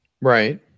Right